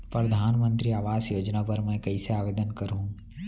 परधानमंतरी आवास योजना बर मैं कइसे आवेदन करहूँ?